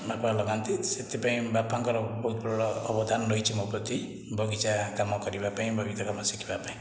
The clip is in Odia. ବାପା ଲଗାନ୍ତି ସେଥିପାଇଁ ବାପାଙ୍କର ବହୁତ ବଡ଼ ଅବଦାନ ରହିଛି ମୋ ପ୍ରତି ବଗିଚା କାମ କରିବା ପାଇଁ ବଗିଚା କାମ ଶିଖିବା ପାଇଁ